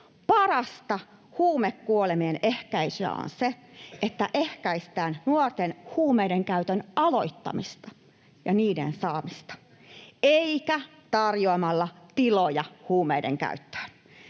Parasta huumekuolemien ehkäisyä on se, että ehkäistään nuorten huumeiden käytön aloittamista ja niiden saamista — eikä tarjoamalla tiloja huumeiden käyttöön.